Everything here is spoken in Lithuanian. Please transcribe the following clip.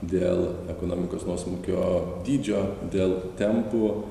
dėl ekonomikos nuosmukio dydžio dėl tempų